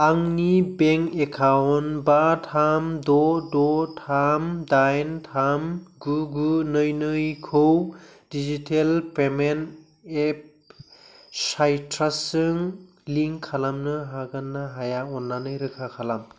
आंनि bank account बा थाम द' द' थाम दाइन थाम गु गु नै नै खौ डिजिटेल पेमेन्ट एप साइट्रासजों लिंक खालामनो हागोनना हाया अननानै रोखा खालाम